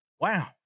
Wow